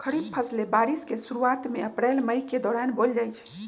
खरीफ फसलें बारिश के शुरूवात में अप्रैल मई के दौरान बोयल जाई छई